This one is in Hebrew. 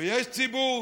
ויש ציבור